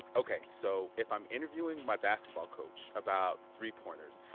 ok. so if i'm interviewing my basketball coach about three-pointers,